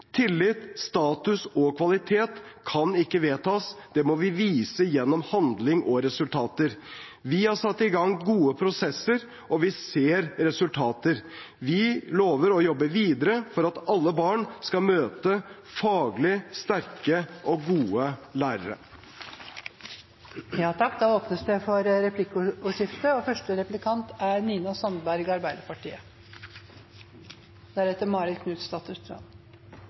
Tillit, status og kvalitet kan ikke vedtas, det må vises gjennom handling og resultater. Vi har satt i gang gode prosesser, og vi ser resultater. Vi lover å jobbe videre for at alle barn skal møte faglig sterke og gode lærere. Det blir replikkordskifte. De fleste ser nå at mangel på kvalifiserte lærere er